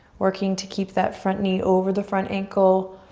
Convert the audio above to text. working to keep that front knee over the front ankle.